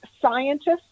scientists